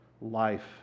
Life